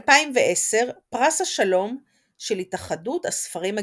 2010 פרס השלום של התאחדות הספרים הגרמנית.